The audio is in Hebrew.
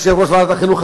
יושב-ראש ועדת החינוך,